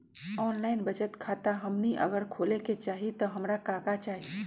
Online बचत खाता हमनी अगर खोले के चाहि त हमरा का का चाहि?